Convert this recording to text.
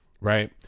right